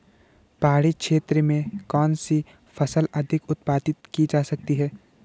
पहाड़ी क्षेत्र में कौन सी फसल अधिक उत्पादित की जा सकती है?